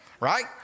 right